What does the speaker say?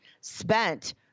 spent